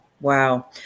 Wow